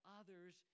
others